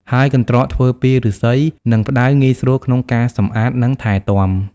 ហើយកន្ត្រកធ្វើពីឫស្សី និងផ្តៅងាយស្រួលក្នុងការសម្អាត និងថែទាំ។